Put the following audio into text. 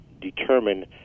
determine